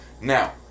Now